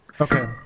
Okay